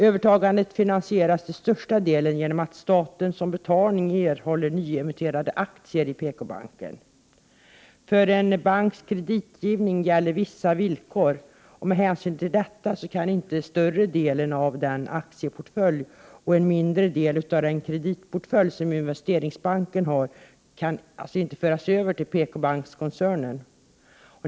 Övertagandet finansieras till största delen genom att staten som betalning erhåller nyemitterade aktier i PKbanken. För en banks kreditgivning gäller vissa villkor. Med hänsyn till detta kan inte större delen av den aktieportfölj och en mindre del av den kreditportfölj som Investeringsbanken har föras över till PKbankskoncernen.